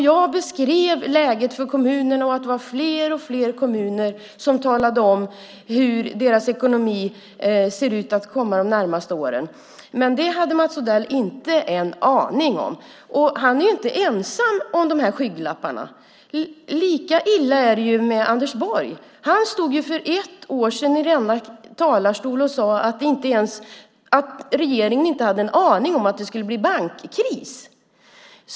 Jag beskrev läget för kommunerna och att fler och fler kommuner talade om hur deras ekonomi skulle komma att se ut de närmaste åren. Men det hade Mats Odell inte en aning om. Han är inte ensam om de här skygglapparna. Lika illa är det med Anders Borg. Han stod för ett år sedan i denna talarstol och sade att regeringen inte hade en aning om att det skulle bli bankkris.